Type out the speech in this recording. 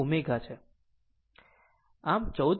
આમ 14